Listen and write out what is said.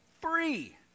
free